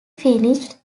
finished